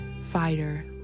fighter